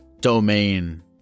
domain